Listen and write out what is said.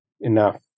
enough